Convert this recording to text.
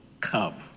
cup